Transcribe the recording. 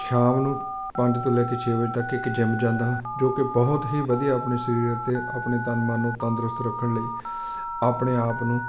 ਸ਼ਾਮ ਨੂੰ ਪੰਜ ਤੋਂ ਲੈ ਕੇ ਛੇ ਵਜੇ ਤੱਕ ਇੱਕ ਜਿੰਮ ਜਾਂਦਾ ਹਾਂ ਜੋ ਕਿ ਬਹੁਤ ਹੀ ਵਧੀਆ ਆਪਣੇ ਸਰੀਰ ਅਤੇ ਆਪਣੇ ਤਨ ਮਨ ਨੂੰ ਤੰਦਰੁਸਤ ਰੱਖਣ ਲਈ ਆਪਣੇ ਆਪ ਨੂੰ